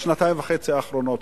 בשנתיים וחצי האחרונות,